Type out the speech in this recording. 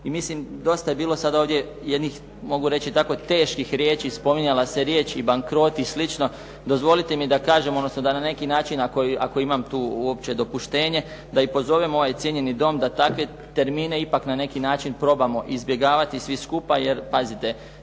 i mislim dosta je bilo sad ovdje jednih, mogu reći tako teških riječi. Spominjala se riječ i bankrot i slično. Dozvolite mi da kažem, odnosno da na neki način ako imam tu uopće dopuštenje da i pozovem ovaj cijenjeni Dom da takve termine ipak na neki način probamo izbjegavati svi skupa. Jer pazite,